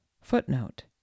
Footnote